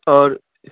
आओर